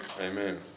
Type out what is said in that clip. Amen